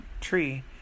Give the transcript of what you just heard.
tree